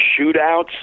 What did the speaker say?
shootouts